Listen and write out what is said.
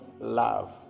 love